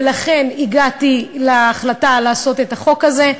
ולכן הגעתי להחלטה לעשות את החוק הזה.